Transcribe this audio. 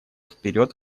вперед